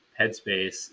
headspace